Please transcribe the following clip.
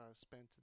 spent